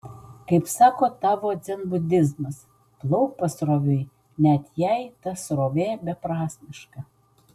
kaip sako tavo dzenbudizmas plauk pasroviui net jei ta srovė beprasmiška